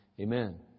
amen